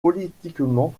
politiquement